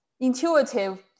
intuitive